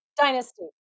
Dynasty